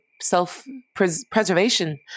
self-preservation